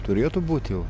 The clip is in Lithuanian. turėtų būt jau